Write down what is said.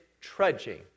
trudging